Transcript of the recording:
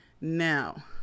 now